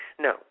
No